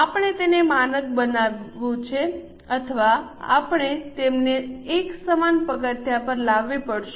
આપણે તેને માનક બનાવવું છે અથવા આપણે તેમને એક સમાન પગથિયા પર લાવવી પડશે